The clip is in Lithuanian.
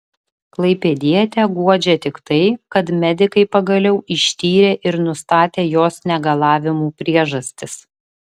klaipėdietę guodžia tik tai kad medikai pagaliau ištyrė ir nustatė jos negalavimų priežastis